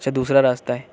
اچھا دوسرا راستہ ہے